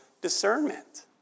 discernment